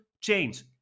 change